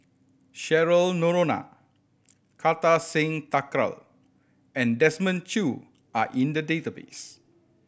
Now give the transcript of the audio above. Cheryl Noronha Kartar Singh Thakral and Desmond Choo are in the database